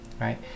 right